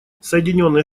соединенные